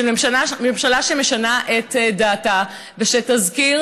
של ממשלה שמשנה את דעתה ושל תזכיר